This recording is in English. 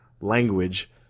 language